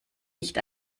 nicht